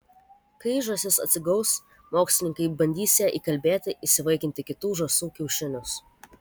kai žąsis atsigaus mokslininkai bandys ją įkalbėti įsivaikinti kitų žąsų kiaušinius